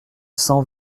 cent